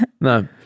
No